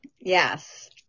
Yes